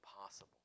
impossible